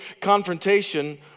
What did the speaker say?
confrontation